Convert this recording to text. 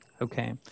Okay